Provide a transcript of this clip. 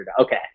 Okay